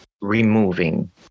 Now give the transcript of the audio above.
removing